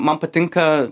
man patinka